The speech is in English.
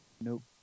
Nope